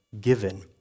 given